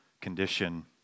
condition